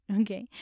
Okay